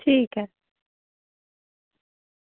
ठीक ऐ